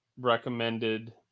recommended